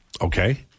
okay